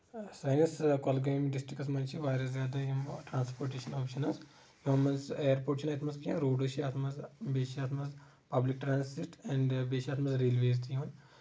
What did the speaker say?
سٲنِس کۄلگٲمۍ ڈسٹرکٹس منٛز چھِ واریاہ زیادٕ یِم ٹرانسپورٹیشن آپشنز یِمو منٛز ایرپوٹ چھ نہٕ اَتھ منٛز کیٚنٛہہ روڈس چھِ اَتھ منٛز بیٚیہِ چھِ اَتھ منٛز پبلک ٹرانزٹ اینٛڈ بیٚیہِ چھِ اَتھ منٛز ریلویز تہِ یِوان